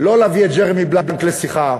לא להביא את ג'רמי לוין לשיחה.